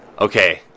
okay